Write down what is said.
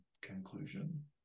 Conclusion